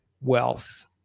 wealth